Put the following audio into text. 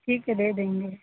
ٹھیک ہے دے دیں گے